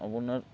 আপোনাৰ